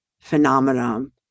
phenomenon